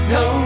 no